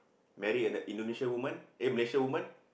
marry an Indonesian woman eh Malaysian woman